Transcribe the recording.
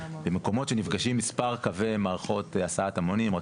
במקומות שנפגשים מספר קווי מערכות הסעת המונים,